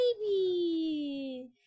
baby